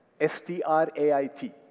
S-T-R-A-I-T